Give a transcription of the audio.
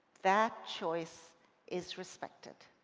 that choice is respected.